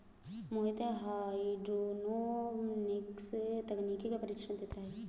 मोहित hydroponics तकनीक का प्रशिक्षण देता है